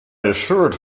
assured